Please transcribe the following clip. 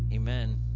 Amen